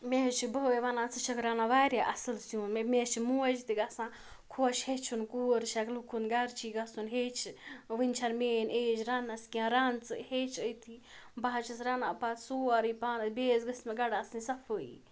مےٚ حظ چھِ بٲے وَنان ژٕ چھَکھ رَنان واریاہ اَصٕل سیُن مےٚ حظ چھِ موج تہِ گژھان خۄش ہیٚچھُن کوٗر چھَکھ لُکھ ہُنٛد گَرٕ چھُوٕے گَژھُن ہیٚچھ وٕنۍ چھَنہٕ میٲنۍ ایج رَنٛنَس کیٚنٛہہ رَن ژٕ ہیٚچھ أتھتی بہٕ حظ چھَس رَنان پَتہٕ سورُے پانے بیٚیہِ حظ گٔژھ مےٚ گڈٕ آسٕنۍ صفٲیی